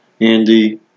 Andy